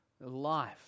Life